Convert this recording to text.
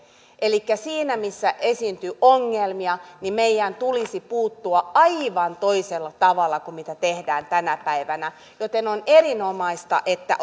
elikkä siinä missä esiintyy ongelmia meidän tulisi puuttua aivan toisella tavalla kuin mitä tehdään tänä päivänä joten on erinomaista että